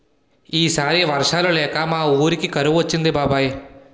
ఈ సారి వర్షాలు లేక మా వూరికి కరువు వచ్చింది బాబాయ్